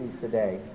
today